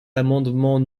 l’amendement